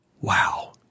Wow